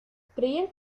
creían